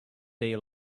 they